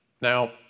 Now